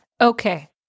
Okay